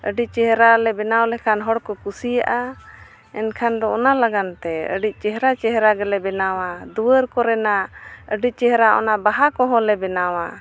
ᱟᱹᱰᱤ ᱪᱮᱦᱨᱟ ᱞᱮ ᱵᱮᱱᱟᱣ ᱞᱮᱠᱷᱟᱱ ᱦᱚᱲ ᱠᱚ ᱠᱩᱥᱤᱭᱟᱜᱼᱟ ᱮᱱᱠᱷᱟᱱ ᱫᱚ ᱚᱱᱟ ᱞᱟᱜᱟᱫᱛᱮ ᱟᱹᱰᱤ ᱪᱮᱦᱨᱟ ᱪᱮᱦᱨᱟ ᱜᱮᱞᱮ ᱵᱮᱱᱟᱣᱟ ᱫᱩᱣᱟᱹᱨ ᱠᱚᱨᱮᱱᱟᱜ ᱟᱹᱰᱤ ᱪᱮᱦᱨᱟ ᱚᱱᱟ ᱵᱟᱦᱟ ᱠᱚᱦᱚᱸᱞᱮ ᱵᱮᱱᱟᱣᱟ